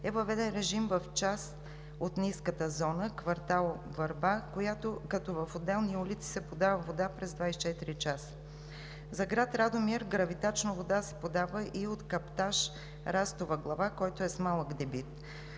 е въведен режим в част от ниската зона – квартал „Върба“, като в отделни улици се подава вода през 24 часа. За град Радомир гравитачно вода се подава и от каптаж „Растова глава“, който е с малък дебит.